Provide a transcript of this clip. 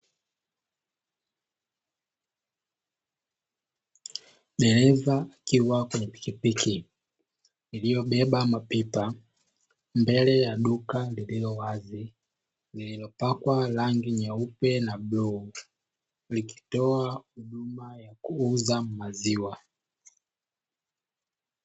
Dereva akiwa kwenye pikipiki iliyobeba mapipa mbele ya duka lililo wazi, lililopakwa rangi nyeupe na bluu, likitoa huduma ya kuuza maziwa.